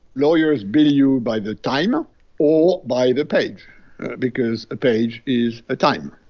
lawyers bill you by the time ah or by the page because a page is time.